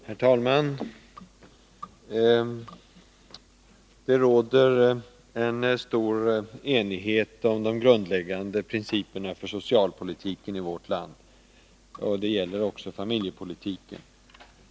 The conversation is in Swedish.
Herr talman! Det råder stor enighet om de grundläggande principerna för socialpolitiken i vårt land. Det gäller också familjepolitiken.